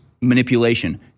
manipulation